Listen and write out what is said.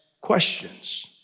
questions